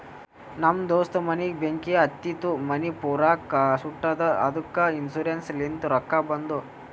ನಮ್ ದೋಸ್ತ ಮನಿಗ್ ಬೆಂಕಿ ಹತ್ತಿತು ಮನಿ ಪೂರಾ ಸುಟ್ಟದ ಅದ್ದುಕ ಇನ್ಸೂರೆನ್ಸ್ ಲಿಂತ್ ರೊಕ್ಕಾ ಬಂದು